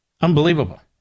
Unbelievable